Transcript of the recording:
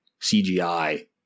CGI